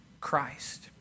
Christ